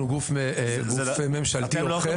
אנחנו גוף ממשלתי אוכף.